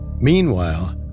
Meanwhile